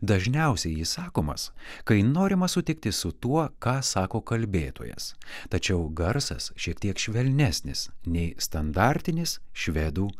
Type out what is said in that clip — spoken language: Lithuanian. dažniausiai jis sakomas kai norima sutikti su tuo ką sako kalbėtojas tačiau garsas šiek tiek švelnesnis nei standartinis švedų